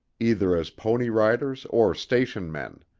either as pony riders or station men.